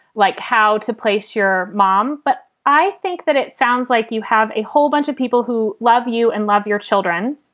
like, how to place your mom. but i think that it sounds like you have a whole bunch of people who love you and love your children.